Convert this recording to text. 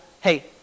hey